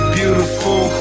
beautiful